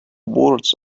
words